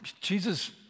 Jesus